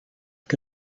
que